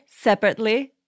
separately